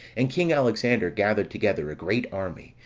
and king alexander gathered together a great army,